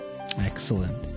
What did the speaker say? Excellent